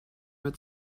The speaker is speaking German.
mit